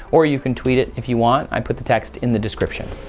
or you can tweet it if you want. i put the text in the description.